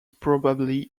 probably